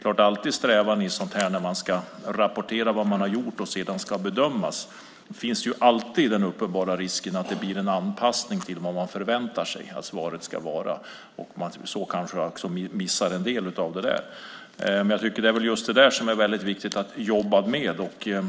I alla sammanhang där man ska rapportera vad man har gjort och sedan ska bedömas finns alltid en uppenbar risk för att det blir en anpassning till vad man väntar sig att svaret ska vara. Då kanske man också missar en del. Just detta är viktigt att jobba med.